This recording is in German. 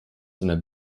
einer